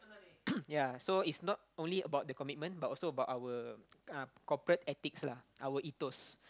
ya so it's not only about the commitment but also about our uh corporate ethics lah our ethos